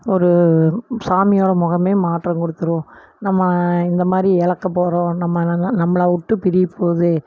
ஒரு சாமியோட முகமே மாற்றம் கொடுத்துரும் நம்ம இந்த மாதிரி இழக்க போகிறோம் நம்ம ந ந நம்மளை விட்டு பிரியப்போகுது